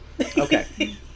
Okay